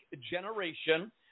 generation